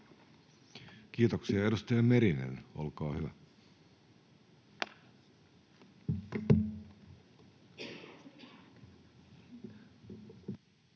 Kiitoksia. — Edustaja Merinen, olkaa hyvä.